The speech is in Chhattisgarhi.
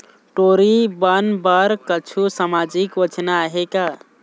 टूरी बन बर कछु सामाजिक योजना आहे का?